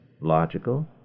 Logical